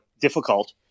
difficult